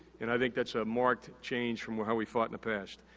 and, i think that's a marked change from how we fought in the past.